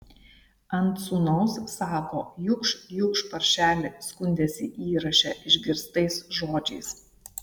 ant sūnaus sako jukš jukš paršeli skundėsi įraše išgirstais žodžiais